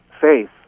faith